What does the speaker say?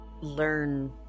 learn